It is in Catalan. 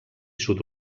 sud